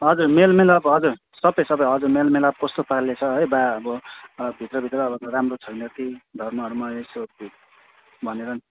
हजुर मेलमिलाप हजुर सबै सबै हजुर मेलमिलाप कस्तो तालले छ है वा अब भित्र भित्र राम्रो छैन कि धर्महरूमा यही सोध्छु भनेर नि